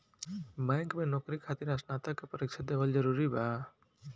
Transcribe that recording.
Bank में नौकरी खातिर स्नातक के परीक्षा दिहल जरूरी बा?